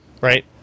right